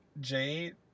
Jade